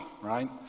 right